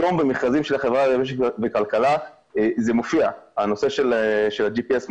היום במכרזים של החברה למשק וכלכלה נושא ה-GPS מופיע.